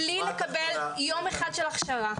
בלי לקבל יום אחד של הכשרה.